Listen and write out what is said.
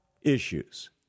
issues